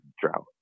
drought